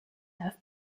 have